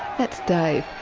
that's dave,